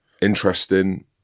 Interesting